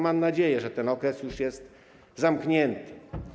Mam nadzieję, że ten okres już jest zamknięty.